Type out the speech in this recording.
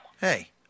Hey